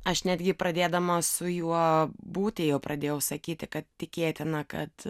aš netgi pradėdama su juo būti jau pradėjau sakyti kad tikėtina kad